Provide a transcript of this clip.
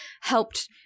helped